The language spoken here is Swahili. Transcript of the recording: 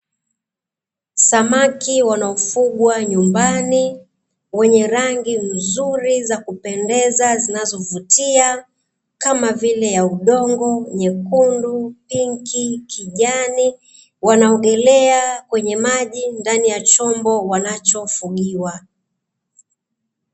Samaki wanaofugwa nyumbani wenye rangi nzuri, za kupendeza zinazovutia kama vile ya udongo, nyekundu, pinki, kijani wanaogelea kwenye maji ndani ya chombo wanachofugiwa.